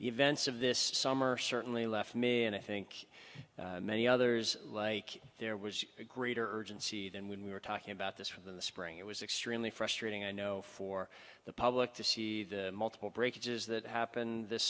events of this summer certainly left me and i think many others like there was a greater urgency than when we were talking about this from the spring it was extremely frustrating i know for the public to see the multiple breakage is that happened this